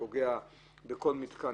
שפוגע בכל מתקן.